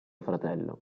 fratello